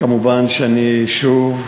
כמובן, אני שוב,